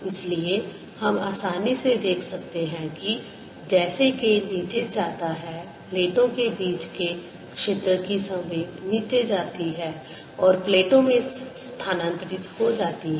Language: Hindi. इसलिए हम आसानी से देख सकते हैं कि जैसे K नीचे जाता है प्लेटों के बीच के क्षेत्र की संवेग नीचे जाती है और प्लेटों में स्थानांतरित हो जाती है